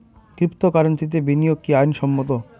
ক্রিপ্টোকারেন্সিতে বিনিয়োগ কি আইন সম্মত?